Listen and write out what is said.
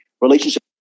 relationship